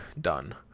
done